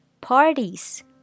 parties